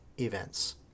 events